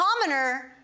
commoner